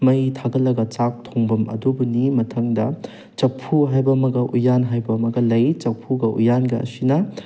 ꯃꯩ ꯊꯥꯒꯠꯂꯒ ꯆꯥꯛ ꯊꯣꯡꯐꯝ ꯑꯗꯨꯕꯨꯅꯤ ꯃꯊꯪꯗ ꯆꯐꯨ ꯍꯥꯏꯕ ꯑꯃꯒ ꯎꯌꯥꯟ ꯍꯥꯏꯕ ꯑꯃꯒ ꯂꯩ ꯆꯐꯨꯒ ꯎꯌꯥꯟꯒ ꯑꯁꯤꯅ